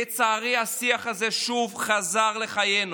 לצערי השיח הזה שוב חזר לחיינו.